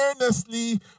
earnestly